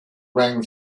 rang